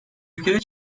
ülkede